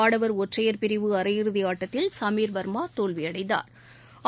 ஆடவர் ஒற்றையர் பிரிவு அரையிறுதி ஆட்டத்தில் சமீர் வர்மா தோல்வியடைந்தாா்